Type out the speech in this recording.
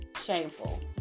shameful